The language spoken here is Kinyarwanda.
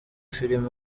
film